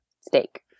Steak